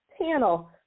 panel